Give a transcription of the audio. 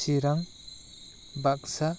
Chirang Baksa